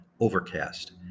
Overcast